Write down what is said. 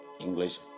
English